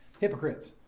hypocrites